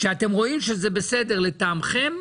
כשאתם רואים שזה בסדר לטעמכם,